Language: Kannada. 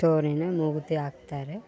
ಶ್ಟೋನಿನ ಮೂಗುತಿ ಹಾಕ್ತಾರೆ